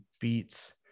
beats